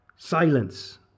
Silence